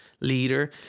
leader